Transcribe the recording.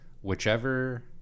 Whichever